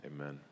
Amen